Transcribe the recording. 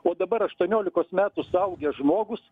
o dabar aštuoniolikos metų suaugęs žmogus